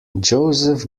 joseph